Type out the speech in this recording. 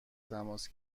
تماس